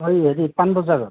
অঁ হেৰি পানবজাৰত